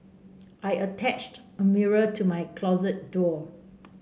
I attached a mirror to my closet door